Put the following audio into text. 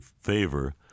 favor